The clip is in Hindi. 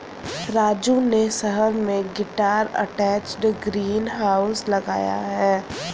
राजू ने शहर में गटर अटैच्ड ग्रीन हाउस लगाया है